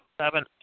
seven